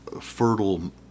Fertile